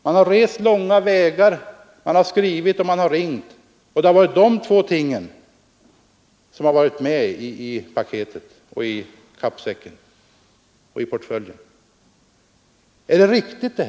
Man har rest långa vägar, skrivit och ringt, och det har varit de två tingen som funnits med i paketet, kappsäcken och portföljen. Är detta riktigt?